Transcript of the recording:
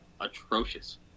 atrocious